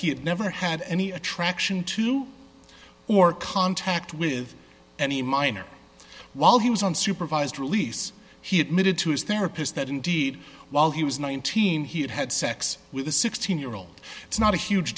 he had never had any attraction to or contact with any minor while he was on supervised release he admitted to his therapist that indeed while he was nineteen he had had sex with a sixteen year old it's not a huge